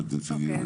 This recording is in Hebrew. מוכרים.